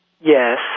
Yes